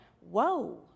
whoa